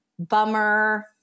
Bummer